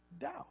doubt